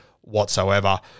whatsoever